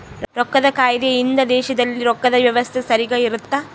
ರೊಕ್ಕದ್ ಕಾಯ್ದೆ ಇಂದ ದೇಶದಲ್ಲಿ ರೊಕ್ಕದ್ ವ್ಯವಸ್ತೆ ಸರಿಗ ಇರುತ್ತ